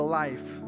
life